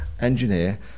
engineer